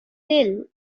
dil